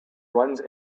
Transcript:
runs